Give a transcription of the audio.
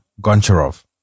Goncharov